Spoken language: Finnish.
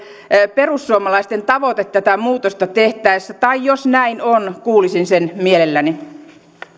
perussuomalaisten tavoite tätä muutosta tehtäessä tai jos näin on kuulisin sen mielelläni